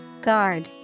Guard